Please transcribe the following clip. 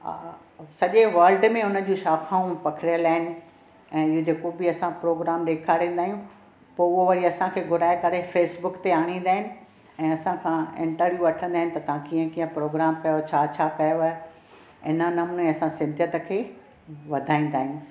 सॼे वर्ल्ड में हुन जूं शाखाऊं पखिड़ियल आहिनि ऐं इहो जेको बि असां प्रोग्राम ॾेखारींदा आहियूं पोइ उहो वरी असां खे घुराइ करे फे़सबुक ते आड़ींदा आहिनि ऐं असां खां इंटरव्यू वठिंदा आहिनि त तव्हां कीअं कीअं प्रोग्राम कयो छा छा कयव हिन नमूने असां सिंधिअत खे वधाईंदा आहियूं